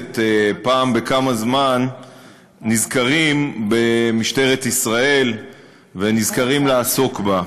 הכנסת פעם בכמה זמן נזכרים במשטרת ישראל ונזכרים לעסוק בה.